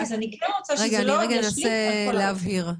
אז אני כן רוצה שזה לא ישליך על כל הרשת.